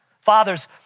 Fathers